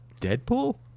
Deadpool